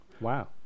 Wow